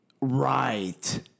Right